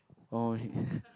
oh